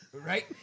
Right